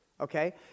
Okay